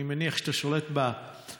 אני מניח שאתה שולט בחומר.